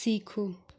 सीखो